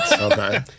Okay